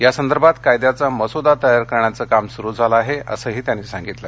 यासंदर्भात कायद्याचा मसुदा तयारकरण्याचे काम सुरू झाले आहे असंही त्यांनी पुढे सांगितलं